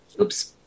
Oops